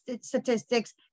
statistics